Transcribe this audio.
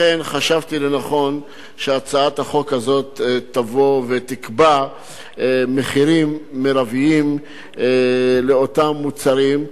לכן חשבתי לנכון שהצעת החוק הזאת תקבע מחירים מרביים לאותם מוצרים,